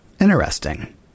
Interesting